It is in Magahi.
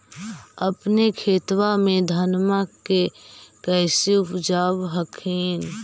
अपने खेतबा मे धन्मा के कैसे उपजाब हखिन?